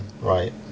right